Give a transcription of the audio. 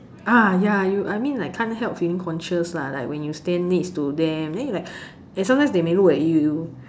ah ya you I mean like can't help feeling conscious lah like when you stand next to them then you like and sometimes they may look at you